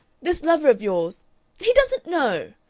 this lover of yours he doesn't know!